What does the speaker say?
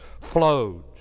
flowed